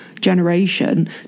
generation